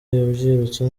yabyirutse